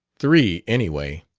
three, anyway.